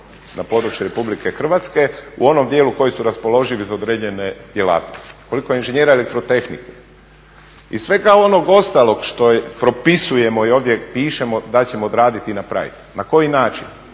na području Republike Hrvatske u onom dijelu koji su raspoloživi za određene djelatnosti, koliko je inženjera elektrotehnike. Iz svega onog ostalog što propisujemo i ovdje pišemo da ćemo odraditi i napraviti. Na koji način?